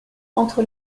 entre